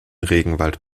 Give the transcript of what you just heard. regenwald